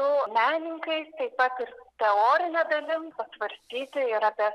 su menininkais taip pat ir teorine dalim svarstyti ir apie